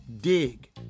Dig